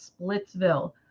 Splitsville